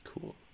Cool